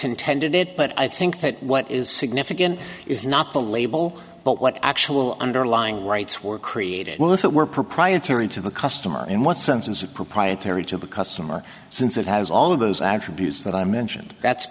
intended it but i think that what is significant is not the label but what actual underlying rights were created well if it were proprietary to the customer in what sense is that proprietary to the customer since it has all of those i attribute that i mentioned that's